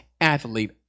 athlete